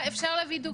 מעניין,